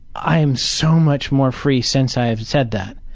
i am so much more free since i have said that.